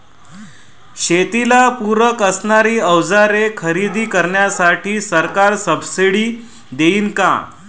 शेतीला पूरक असणारी अवजारे खरेदी करण्यासाठी सरकार सब्सिडी देईन का?